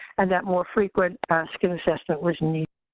and that more frequent assessment was needed.